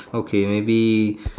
okay maybe